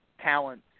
talent